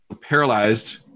paralyzed